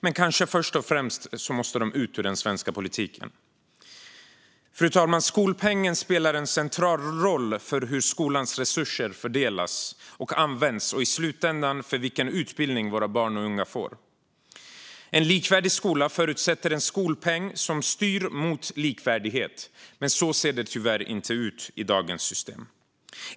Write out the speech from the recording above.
Men kanske först och främst måste de ut ur den svenska politiken. Fru talman! Skolpengen spelar en central roll för hur skolans resurser fördelas och används, och i slutändan för vilken utbildning våra barn och unga får. En likvärdig skola förutsätter en skolpeng som styr mot likvärdighet. Men så ser det tyvärr inte ut i dagens system.